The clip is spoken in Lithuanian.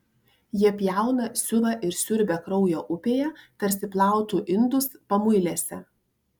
jie pjauna siuva ir siurbia kraujo upėje tarsi plautų indus pamuilėse